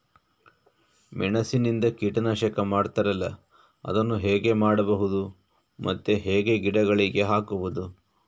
ಮೆಣಸಿನಿಂದ ಕೀಟನಾಶಕ ಮಾಡ್ತಾರಲ್ಲ, ಅದನ್ನು ಹೇಗೆ ಮಾಡಬಹುದು ಮತ್ತೆ ಹೇಗೆ ಗಿಡಗಳಿಗೆ ಹಾಕುವುದು?